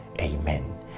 Amen